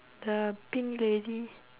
the pink lady